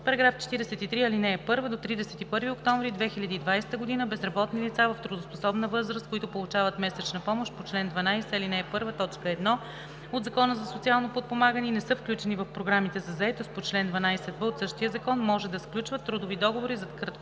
§ 43. (1) До 31 октомври 2020 г. безработни лица в трудоспособна възраст, които получават месечна помощ по чл. 12, ал. 1, т. 1 от Закона за социално подпомагане и не са включени в програмите за заетост по чл. 12б от същия закон, може да сключват трудови договори за краткотрайна